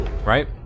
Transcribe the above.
Right